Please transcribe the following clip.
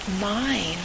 mind